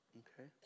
okay